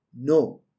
No